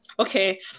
Okay